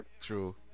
true